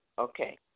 Okay